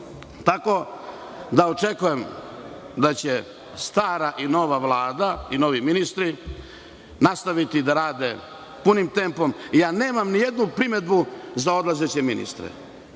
državi. Očekujem da će stara i nova vlada, novi ministri, nastaviti da rade punim tempom. Nemam ni jednu primedbu za odlazeće ministre.